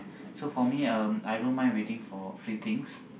so for me um I don't mind waiting for free things